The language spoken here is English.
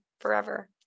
forever